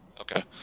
Okay